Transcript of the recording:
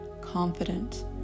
confident